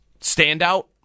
standout